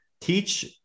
teach